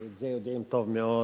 ואת זה יודעים טוב מאוד